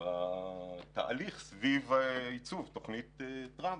בתהליך סביב עיצוב תוכנית טראמפ.